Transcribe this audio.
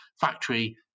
factory